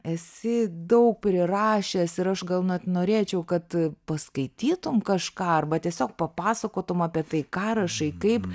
esi daug prirašęs ir aš gal net norėčiau kad paskaitytum kažką arba tiesiog papasakotum apie tai ką rašai kaip